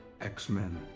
X-Men